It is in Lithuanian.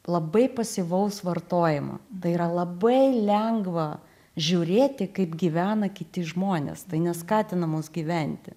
labai pasyvaus vartojimo tai yra labai lengva žiūrėti kaip gyvena kiti žmonės tai neskatina mus gyventi